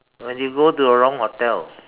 when you go to the wrong hotel